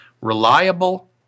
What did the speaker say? reliable